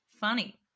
funny